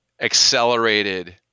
accelerated